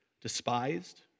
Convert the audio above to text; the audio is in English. Despised